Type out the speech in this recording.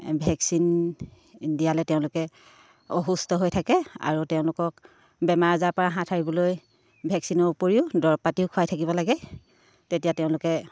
vaccine দিয়ালে তেওঁলোকে অসুস্থ হৈ থাকে আৰু তেওঁলোকক বেমাৰ আজাৰ পৰা হাত সাৰিবলৈ ভেকচিনৰ উপৰিও দৰৱ পাতিও খুৱাই থাকিব লাগে তেতিয়া তেওঁলোকে